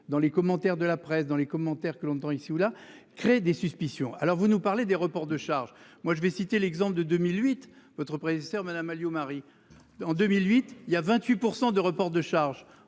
dans les commentaires de la presse dans les commentaires que longtemps ici ou là, créer des suspicions. Alors vous nous parlez des reports de charges moi je vais citer l'exemple de 2008, votre prédécesseur madame Alliot Marie. En 2008, il y a 28% de reports de charges,